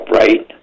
right